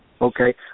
Okay